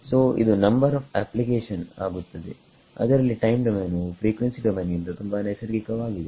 ಸೋಇದು number of application ಆಗುತ್ತದೆ ಅದರಲ್ಲಿ time domain ವು ಫ್ರೀಕ್ವೆನ್ಸಿ ಡೊಮೈನ್ ಗಿಂತ ತುಂಬಾ ನೈಸರ್ಗಿಕವಾಗಿದೆ